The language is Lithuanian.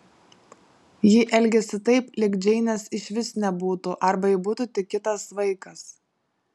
ji elgėsi taip lyg džeinės išvis nebūtų arba ji būtų tik kitas vaikas